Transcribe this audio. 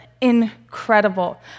incredible